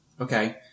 Okay